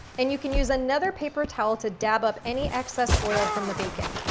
and you can use another paper towel to dab up any excess oil from the bacon.